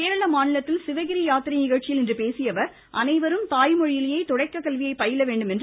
கேரள மாநிலத்தில் சிவகிரி யாத்திரை நிகழ்ச்சியில் இன்று பேசிய அவர் அனைவரும் தாய்மொழியிலேயே தொடக்க கல்வியை பயில வேண்டும் என்று அறிவுறுத்தினார்